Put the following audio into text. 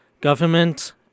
government